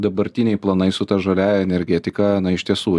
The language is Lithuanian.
dabartiniai planai su ta žaliąja energetika na iš tiesų